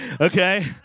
okay